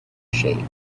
shade